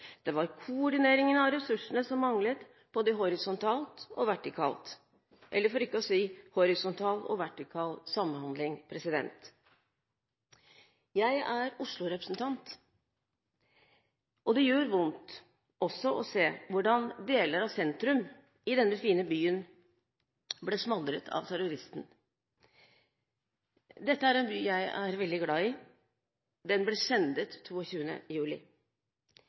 Det var koordineringen av ressursene som manglet, både horisontalt og vertikalt, eller for ikke å si: horisontal og vertikal samhandling. Jeg er Oslo-representant. Det gjør også vondt å se hvordan deler av sentrum i denne fine byen ble smadret av terroristen. Dette er en by jeg er veldig glad i. Den ble skjendet 22. juli.